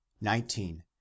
Nineteen